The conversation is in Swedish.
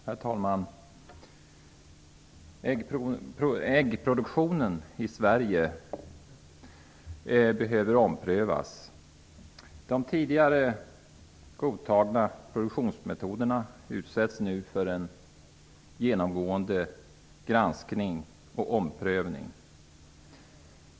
Herr talman! Äggproduktionen i Sverige behöver omprövas. De tidigare godtagna produktionsmetoderna utsätts nu för en genomgående granskning och omprövning.